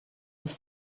was